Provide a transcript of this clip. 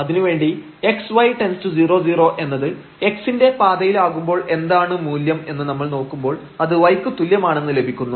അതിനു വേണ്ടി x y→00 എന്നത് x ന്റെ പാതയിൽ ആകുമ്പോൾ എന്താണ് മൂല്യം എന്ന് നമ്മൾ നോക്കുമ്പോൾ അത് y ക്ക് തുല്യമാണെന്ന് ലഭിക്കുന്നു